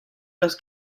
los